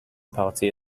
party